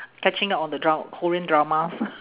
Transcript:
catching up on the dram~ korean dramas